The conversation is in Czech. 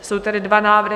Jsou tady dva návrhy.